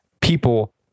people